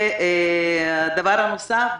והדבר הנוסף,